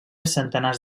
centenars